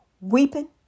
weeping